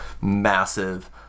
massive